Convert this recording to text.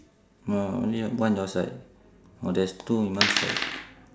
orh only one your side orh there's two on my side